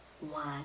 one